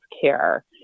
care